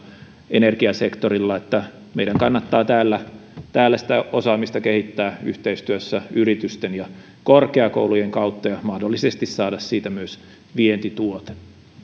energiasektorilla että meidän kannattaa täällä sitä osaamista kehittää yhteistyössä yritysten ja korkeakoulujen kanssa ja mahdollisesti saada siitä myös vientituote